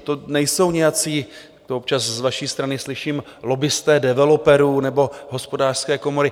To nejsou nějací to občas z vaší strany slyším lobbisté developerů nebo Hospodářské komory.